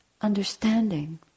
understanding